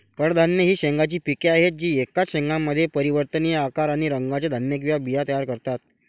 कडधान्ये ही शेंगांची पिके आहेत जी एकाच शेंगामध्ये परिवर्तनीय आकार आणि रंगाचे धान्य किंवा बिया तयार करतात